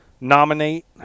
nominate